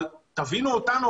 אבל תבינו אותנו,